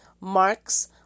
Marks